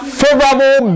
favorable